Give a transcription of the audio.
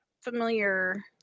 familiar